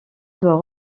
doit